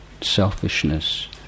selfishness